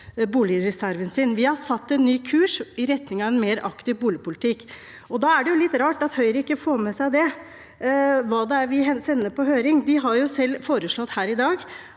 boligreserven sin. Vi har satt en ny kurs i retning av en mer aktiv boligpolitikk. Da er det litt rart at Høyre ikke får med seg det, og hva vi sender på høring. De har jo selv et forslag her i dag